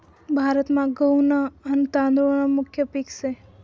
भारतमा गहू न आन तादुळ न मुख्य पिक से